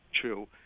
true